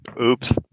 oops